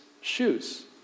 shoes